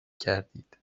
کردید